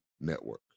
Network